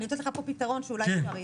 אני נותנת לך פה פתרון שאולי יהיה,